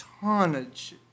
tonnage